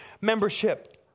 membership